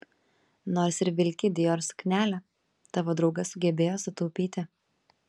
nors ir vilki dior suknelę tavo draugas sugebėjo sutaupyti